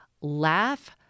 laugh